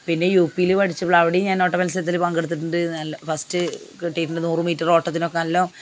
പിന്നെ യു പിയില് പഠിച്ചപ്പോഴും അവിടെയും ഞാൻ ഓട്ടമത്സരത്തിന് പങ്കെടുത്തിട്ടുണ്ട് നല്ല ഫസ്റ്റ് കിട്ടിയിട്ടുണ്ട് നൂറു മീറ്റർ ഓട്ടത്തിനൊക്ക നല്ല